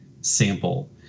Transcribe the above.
sample